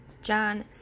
John